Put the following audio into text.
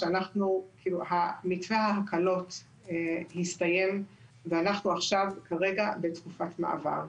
מתווה ההקלות הסתיים ואנחנו עכשיו כרגע בתקופת מעבר.